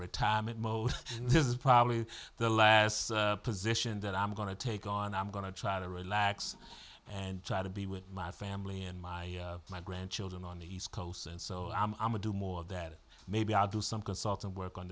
retirement mode and this is probably the last position that i'm going to take on i'm going to try to relax and try to be with my family and my my grandchildren on the east coast and so i'm a do more of that maybe i'll do some consulting work on